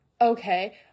Okay